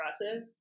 impressive